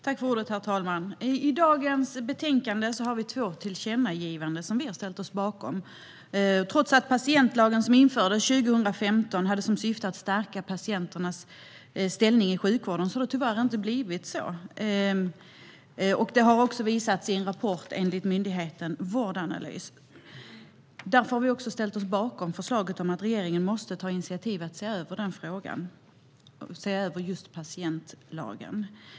Herr talman! I dagens betänkande finns två tillkännagivanden, vilka vi i Sverigedemokraterna har ställt oss bakom. Trots att syftet med patientlagen, som infördes 2015, var att stärka patienternas ställning i sjukvården har det tyvärr inte blivit så. Detta har visats i en rapport av myndigheten Vårdanalys. Därför har vi ställt oss bakom tillkännagivandet om att regeringen måste ta initiativ till att se över patientlagen.